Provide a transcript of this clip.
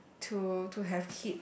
to to have kids